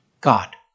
God